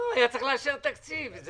צריך לאשר תקציב.